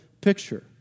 picture